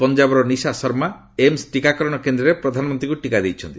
ପଞ୍ଜାବର ନିଶା ଶର୍ମା ଏମ୍ସ ଟିକାକରଣ କେନ୍ଦ୍ରରେ ପ୍ରଧାନମନ୍ତ୍ରୀଙ୍କୁ ଟିକା ଦେଇଛନ୍ତି